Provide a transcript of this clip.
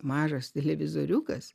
mažas televizoriukas